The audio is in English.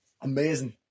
amazing